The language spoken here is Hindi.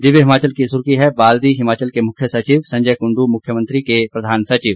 दिव्य हिमाचल की सुर्खी है बाल्दी हिमाचल के मुख्य सचिव संजय कुंडू मुख्यमंत्री के प्रधान सचिव